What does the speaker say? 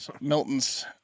Milton's